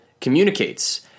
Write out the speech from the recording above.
communicates